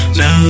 no